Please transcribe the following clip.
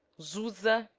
zay